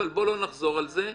אבל בואו לא נחזור על זה,